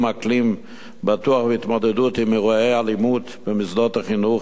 אקלים בטוח והתמודדות עם אירועי אלימות במוסדות חינוך,